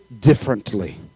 differently